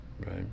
Right